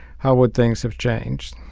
how would things have changed?